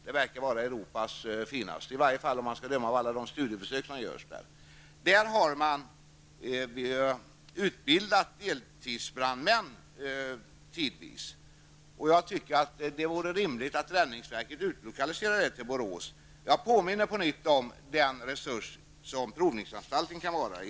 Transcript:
Det verkar vara Europas finaste, i varje fall om man skall döma av alla de studiebesök som görs där. Tidvis har deltidsbrandmän utbildats där. Jag tycker att det vore rimligt att räddningsverket utlokaliserade den utbildningen till Borås. Jag påminner på nytt om den resurs som provningsanstalten kan vara.